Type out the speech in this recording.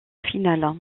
finale